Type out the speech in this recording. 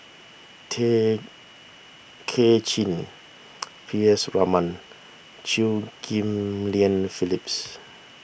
Tay Kay Chin P S Raman Chew Ghim Lian Phyllis